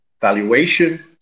valuation